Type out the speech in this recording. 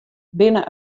binne